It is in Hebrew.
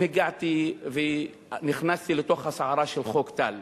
היום הגעתי ונכנסתי לתוך הסערה של חוק טל.